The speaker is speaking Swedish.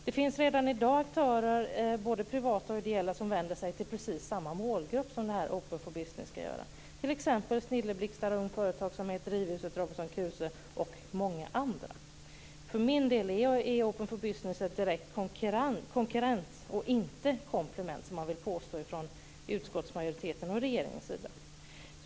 Det finns redan i dag aktörer, både privata och ideella, som vänder sig till precis samma målgrupp som Open for Business ska göra, t.ex. Snilleblixtar runt företagsamhet, Drivhuset Robinson Kruse och många andra. För min del är Open for Business en direkt konkurrent och inte ett komplement, som man vill påstå från utskottsmajoriteten och regeringen.